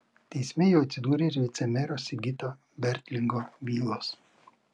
teisme jau atsidūrė ir vicemero sigito bertlingo bylos